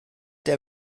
der